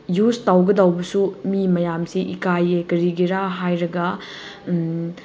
use ꯇꯧꯒꯗꯧꯕꯁꯨ ꯃꯤ ꯃꯌꯥꯝꯁꯦ ꯏꯀꯥꯏ ꯀꯔꯤꯒꯤꯔ ꯍꯥꯏꯔꯒ